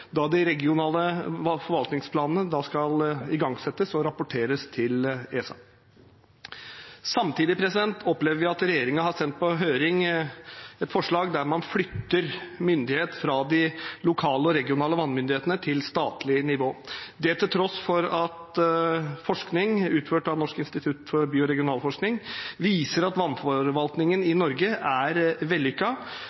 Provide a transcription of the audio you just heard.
de regionale forvaltningsplanene da skal igangsettes og rapporteres til ESA. Samtidig opplever vi at regjeringen har sendt på høring et forslag der man flytter myndighet fra de lokale og regionale vannmyndighetene til statlig nivå, det til tross for at forskning utført av Norsk institutt for by- og regionforskning viser at vannforvaltningen i